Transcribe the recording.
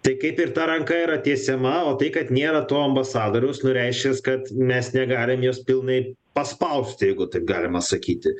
tai kaip ir ta ranka yra tiesiama o tai kad nėra to ambasadoriaus na reiškias kad mes negalim jos pilnai paspausti jeigu taip galima sakyti